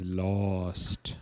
lost